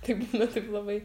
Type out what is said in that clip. taip būna taip labai